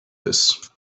this